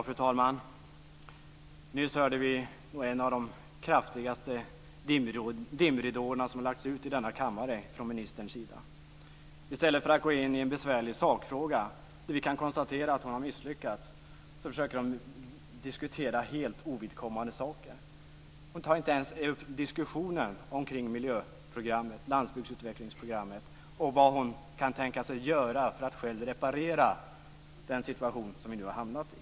Fru talman! Nyss upplevde vi en av de kraftigaste dimridåer som lagts ut i denna kammare från ministerns sida. I stället för att gå in i en besvärlig sakfråga, där vi kan konstatera att hon har misslyckats, försöker hon diskutera helt ovidkommande saker. Hon tar inte ens diskussionen omkring miljöprogrammet, landsbygdsutvecklingsprogrammet och vad hon kan tänka sig göra för att reparera den situation som vi nu har hamnat i.